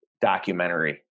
documentary